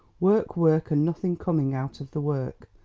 work, work, and nothing coming out of the work,